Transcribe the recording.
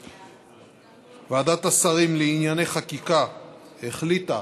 ועדת השרים לענייני חקיקה החליטה